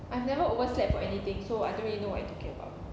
I've never overslept for anything so I don't really know what you talking about